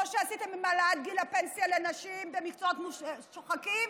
כמו שעשיתם עם העלאת גיל הפנסיה לנשים במקצועות שוחקים.